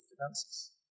finances